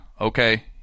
okay